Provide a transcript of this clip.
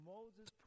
Moses